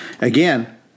again